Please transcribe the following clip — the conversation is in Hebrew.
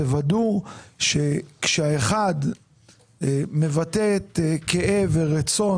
תוודאו שכאשר האחד מבטא את כאב ורצון